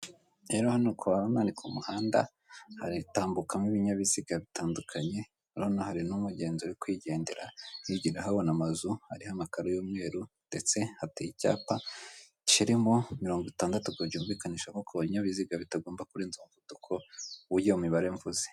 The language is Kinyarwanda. Ni saro nziza cyane iteretsemo intebe z'amadiva z'amabara y'ubururu ameza ateretse ku itapi, inyuma yayo hari saramanje ku ruhande hari amarido akinguye.